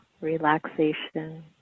relaxation